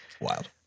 wild